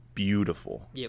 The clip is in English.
Beautiful